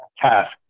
task